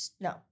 no